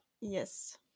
Yes